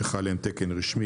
שחל עליהם תקן רשמי,